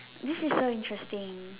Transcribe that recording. this is so interesting